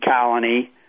colony